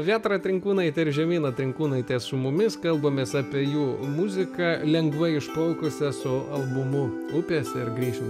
vėtra trinkūnaitė ir žemyna trinkūnaitė su mumis kalbamės apie jų muziką lengvai išplaukusią su albumu upės ir grįšim